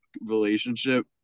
relationship